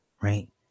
right